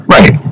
Right